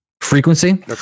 frequency